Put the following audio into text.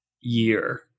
year